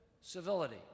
civility